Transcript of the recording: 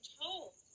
told